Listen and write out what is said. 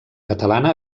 catalana